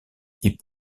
hip